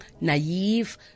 naive